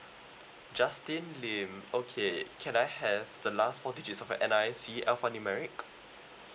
justin lim okay can I have the last four digits of N_R_I_C alphanumeric